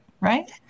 Right